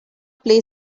play